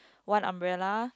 one umbrella